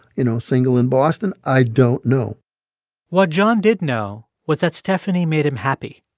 you know, single in boston. i don't know what john did know was that stephanie made him happy.